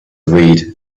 read